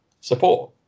support